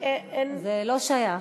זה לא שייך.